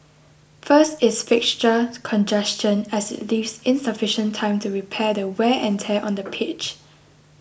first is fixture congestion as it leaves insufficient time to repair the wear and tear on the pitch